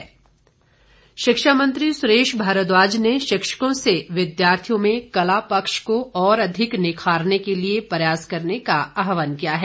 सुरेश भारद्वाज शिक्षा मंत्री सुरेश भारद्वाज ने शिक्षकों से विद्यार्थियों में कला पक्ष को और अधिक निखारने के लिए प्रयास करने का आहवान किया है